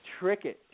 Trickett